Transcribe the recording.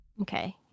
Okay